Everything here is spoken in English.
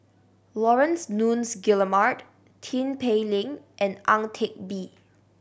Laurence Nunns Guillemard Tin Pei Ling and Ang Teck Bee